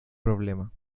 problema